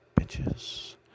bitches